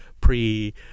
pre